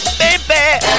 baby